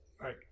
Right